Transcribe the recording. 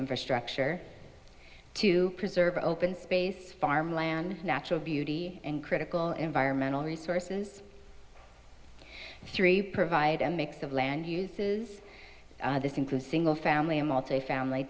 infrastructure to preserve open space farmland natural beauty and critical environmental resources three provide a mix of land uses this includes single family a multi family